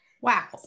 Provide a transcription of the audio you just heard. Wow